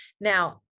Now